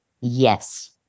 yes